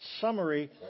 summary